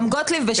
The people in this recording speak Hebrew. גם גוטליב בשקט...